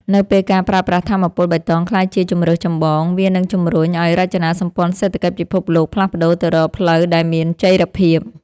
នៅពេលការប្រើប្រាស់ថាមពលបៃតងក្លាយជាជម្រើសចម្បង វានឹងជម្រុញឱ្យរចនាសម្ព័ន្ធសេដ្ឋកិច្ចពិភពលោកផ្លាស់ប្តូរទៅរកផ្លូវដែលមានចីរភាព។